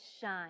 shine